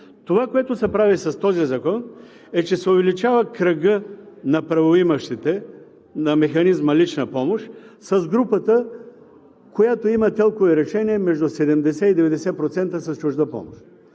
Това, което се прави с този закон, е, че се увеличава кръгът на правоимащите на механизма „лична помощ“ с групата, която има ТЕЛК-ови решения между 70 и 90% с чужда помощ.